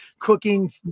cooking